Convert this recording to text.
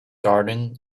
garden